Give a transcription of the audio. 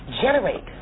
generate